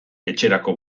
etxerako